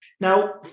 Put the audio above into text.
Now